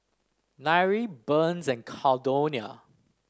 Nyree Burns and Caldonia